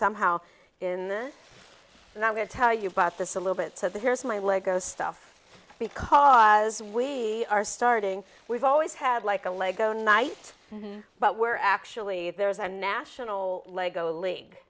somehow in this and i'm going to tell you about this a little bit so that here's my lego stuff because we are starting we've always had like a lego knight but we're actually there's a national lego league